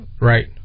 Right